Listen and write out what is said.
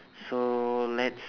so let's